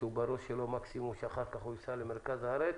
כשבראש שלו שהוא ייסע מקסימום למרכז הארץ,